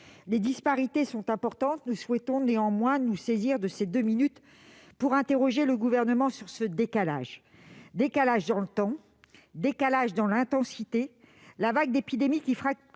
les disparités sont importantes, nous souhaitons néanmoins interroger le Gouvernement sur ce décalage. Décalage dans le temps, décalage dans l'intensité, la vague d'épidémie qui frappe